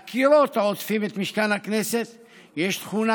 לקירות העוטפים את משכן הכנסת יש תכונה